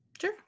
Sure